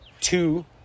two